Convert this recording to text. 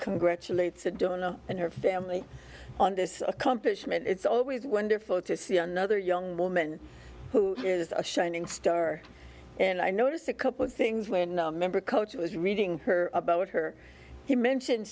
congratulate sedona and her family on this accomplishment it's always wonderful to see another young woman who is a shining star and i noticed a couple of things when a member of coach was reading about her he mentioned